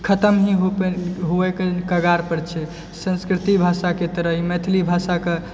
खतम ही हो होवैके कगारपर छै संस्कृति भाषाके तरह ही मैथिली भाषाके